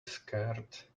scarred